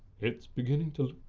it's beginning to